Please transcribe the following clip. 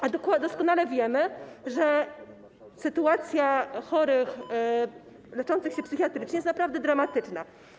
A przecież doskonale wiemy, że sytuacja chorych leczących się psychiatrycznie jest naprawdę dramatyczna.